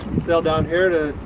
sailed down here to